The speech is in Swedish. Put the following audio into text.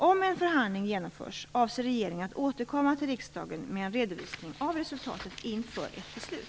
Om en förhandling genomförs avser regeringen att återkomma till riksdagen med en redovisning av resultatet inför ett beslut.